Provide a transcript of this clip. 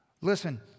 Listen